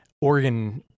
organ